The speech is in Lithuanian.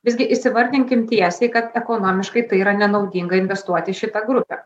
visgi įsivardinkim tiesiai kad ekonomiškai tai yra nenaudinga investuoti į šitą grupę